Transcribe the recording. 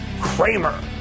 Kramer